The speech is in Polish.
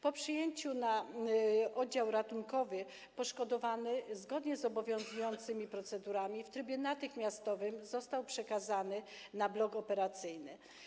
Po przyjęciu na oddział ratunkowy poszkodowany zgodnie z obowiązującymi procedurami w trybie natychmiastowym został przekazany na blok operacyjny.